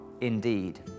indeed